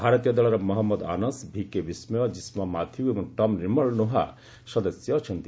ଭାରତୀୟ ଦଳରେ ମହମ୍ମଦ ଆନସ୍ ଭିକେ ବିସ୍କୟ ଜିସ୍ନା ମାଥିଉ ଏବଂ ଟମ୍ ନିର୍ମଳ ନୋହା ସଦସ୍ୟ ଅଛନ୍ତି